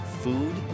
food